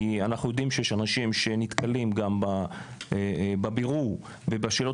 אנחנו יודעים שיש אנשים נתקלים גם בבירור ובשאלות